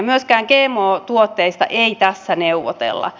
myöskään gmo tuotteista ei tässä neuvotella